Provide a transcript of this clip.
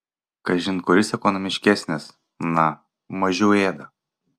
kažin kuris ekonomiškesnis na mažiau ėda